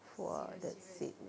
!wah! that's it